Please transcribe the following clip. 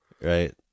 Right